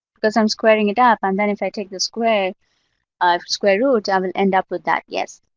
because i'm squaring it up, and then if i take the square of square root, i will end up with that. yes.